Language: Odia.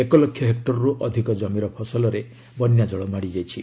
ଏକ ଲକ୍ଷ ହେକୁରରୁ ଅଧିକ ଜମିର ଫସଲରେ ବନ୍ୟା କଳ ମାଡ଼ି ଯାଇଛି